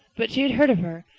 but she had heard of her.